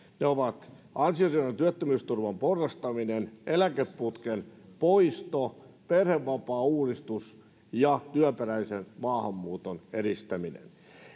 ne ovat ansiosidonnaisen työttömyysturvan porrastaminen eläkeputken poisto perhevapaauudistus ja työperäisen maahanmuuton edistäminen